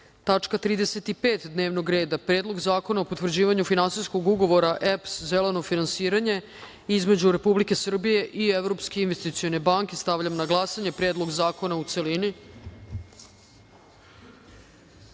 tačka dnevnog reda – Predlog zakona o potvrđivanju Finansijskog ugovora EPS zeleno finansiranje između Republike Srbije i Evropske investicione banke. Stavljam na glasanje Predlog ovog zakona,